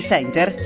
Center